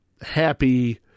happy